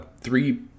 three